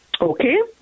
Okay